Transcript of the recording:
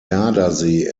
gardasee